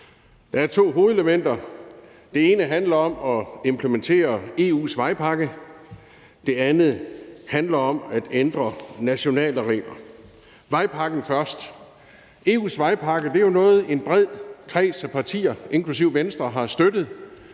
Der er to hovedelementer. Det ene handler om at implementere EU's vejpakke, det andet handler om at ændre nationale regler. Jeg tager vejpakken først. EU's vejpakke er jo noget, en bred kreds af partier inklusive Venstre har støttet